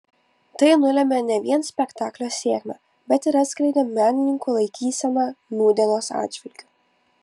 tai nulėmė ne vien spektaklio sėkmę bet ir atskleidė menininkų laikyseną nūdienos atžvilgiu